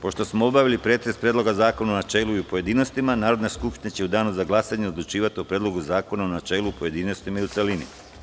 Pošto smo obavili pretres Predloga u načelu i u pojedinostima, Narodna skupština će u Danu za glasanje odlučivati o Predlogu zakona u načelu, pojedinostima i u celini.